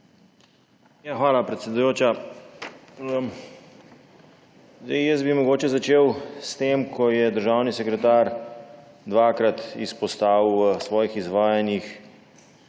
Hvala, predsedujoča. Mogoče bi začel s tem, da je državni sekretar dvakrat izpostavil v svojih izvajanjih,